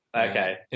Okay